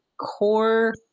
core